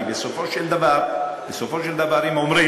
כי בסופו של דבר הם אומרים: